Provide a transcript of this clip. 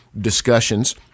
discussions